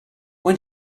when